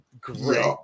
great